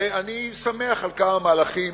ואני שמח על כמה מהלכים,